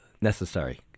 necessary